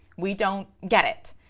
we don't get it.